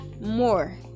more